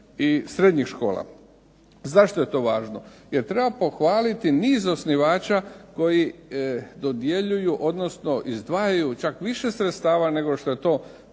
i srednjih škola. Zašto je to važno? Jer treba pohvaliti niz osnivača koji dodjeljuju, odnosno izdvajaju čak više sredstava nego što je to